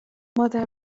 مادر